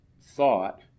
thought